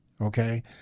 Okay